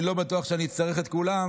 אני לא בטוח שאני אצטרך את כולן,